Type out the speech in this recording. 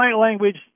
language